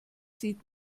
sieht